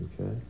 Okay